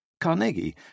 Carnegie